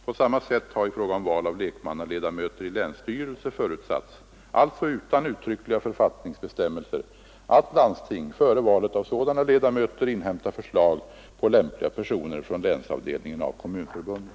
På samma sätt har i fråga om val av lekmannaledamöter i länsstyrelse förutsatts — alltså utan uttryckliga författningsbestämmelser — att landsting före valet av sådana ledamöter inhämtar förslag på lämpliga personer från länsavdelningen av Kommunförbundet.